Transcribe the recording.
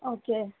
okay